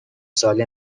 ساله